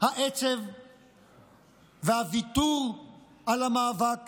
העצב והוויתור על המאבק